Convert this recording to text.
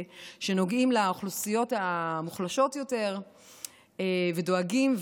שנוגעים לאוכלוסיות המוחלשות יותר ודואגים,